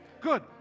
Good